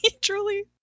truly